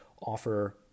offer